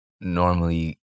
normally